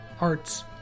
arts